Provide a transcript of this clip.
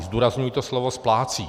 Zdůrazňuji to slovo splácí.